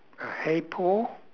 uh !hey! paul